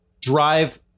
drive